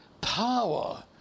power